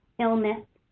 illness,